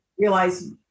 realize